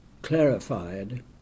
clarified